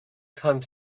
time